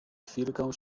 chwilkę